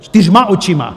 Čtyřma očima.